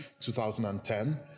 2010